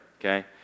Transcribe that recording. Okay